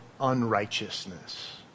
unrighteousness